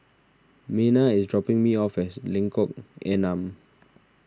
Mena is dropping me off as Lengkok Enam